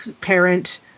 parent